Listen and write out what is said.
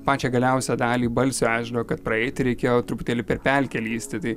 pačią galiausią dalį balsio ežero kad praeiti reikėjo truputėlį per pelkę lįsti tai